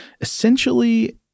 essentially –